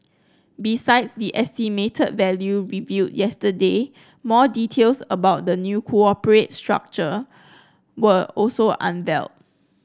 besides the estimated value revealed yesterday more details about the new corporate structure were also unveiled